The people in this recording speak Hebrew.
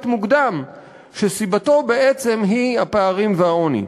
מוקדם שסיבתו היא בעצם הפערים והעוני.